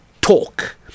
talk